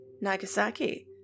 Nagasaki